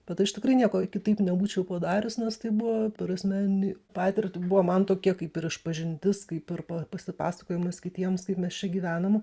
bet aš tikrai nieko kitaip nebūčiau padarius nes tai buvo per asmeninį patirtį buvo man tokia kaip ir išpažintis kaip ir pa pasipasakojimas kitiems kaip mes čia gyvenam